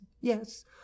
yes